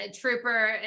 Trooper